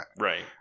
Right